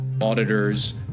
auditors